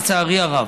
לצערי הרב.